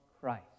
Christ